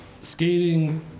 skating